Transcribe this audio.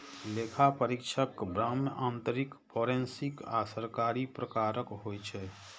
लेखा परीक्षक बाह्य, आंतरिक, फोरेंसिक आ सरकारी प्रकारक होइ छै